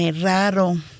raro